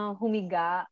humiga